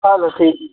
हलो ठीकु